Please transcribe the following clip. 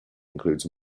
includes